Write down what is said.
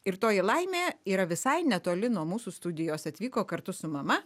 ir toji laimė yra visai netoli nuo mūsų studijos atvyko kartu su mama